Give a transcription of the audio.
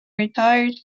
retired